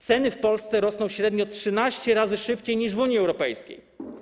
Ceny w Polsce rosną średnio 13 razy szybciej niż w Unii Europejskiej.